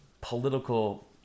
political